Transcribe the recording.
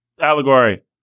allegory